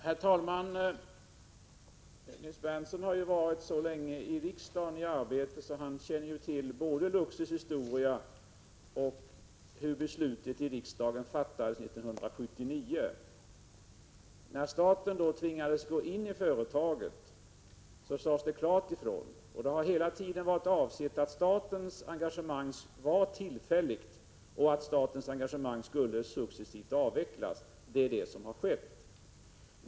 Herr talman! Nils Berndtson har deltagit i riksdagens arbete så länge att han känner till både Luxors historia och hur beslutet i riksdagen fattades 1979. När staten tvingades gå in i företaget sades det klart — det har hela tiden varit avsikten — att statens engagemang var tillfälligt och successivt skulle avvecklas. Det är det som nu har skett.